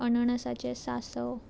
अणणसाचे सासव